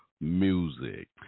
music